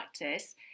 practice